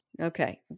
Okay